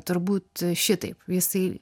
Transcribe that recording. turbūt šitaip jisai